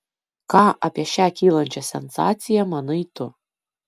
ką apie šią kylančią sensaciją manai tu